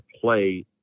play